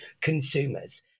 consumers